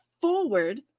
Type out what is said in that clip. forward